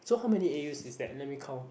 so how many A_U is that let me count